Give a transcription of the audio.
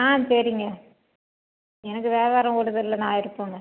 ஆ சரிங்க எனக்கு வியாபாரம் ஓடுதில்ல நான் இருப்பேங்க